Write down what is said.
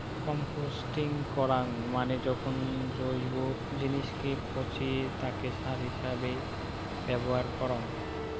composting করাঙ মানে যখন জৈব জিনিসকে পচিয়ে তাকে সার হিছাবে ব্যবহার করঙ